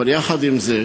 אבל יחד עם זה,